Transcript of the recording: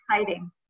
exciting